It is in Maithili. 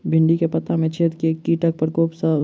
भिन्डी केँ पत्ता मे छेद केँ कीटक प्रकोप सऽ होइ छै?